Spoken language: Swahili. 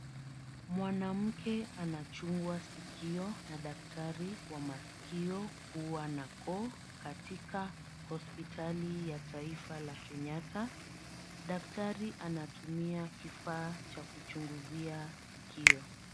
Mwanamke anachua sikio na daktari wa maskio, pua na koo katika hospitali ya taifa la kenyatta. Daktari anatumia kifaa cha kuchunguzia sikio.